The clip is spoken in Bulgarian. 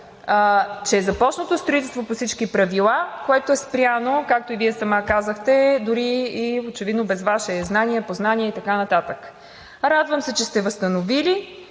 е започнато строителство по всички правила, което е спряно, както и Вие сама казахте, дори очевидно без ваше знание, познание и така нататък. Радвам се, че сте възстановили